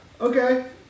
Okay